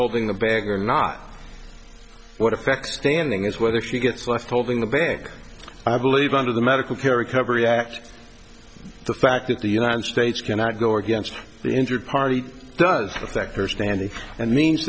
holding the bag or not what effect standing is whether she gets left holding the bank i believe under the medical care recovery act the fact that the united states cannot go against the injured party does affect her standing and means